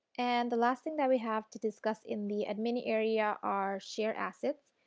and the last thing that we have to discuss in the admin area are share assets.